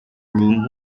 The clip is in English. room